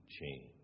change